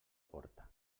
porta